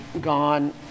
gone